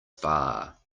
far